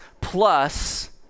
plus